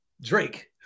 Drake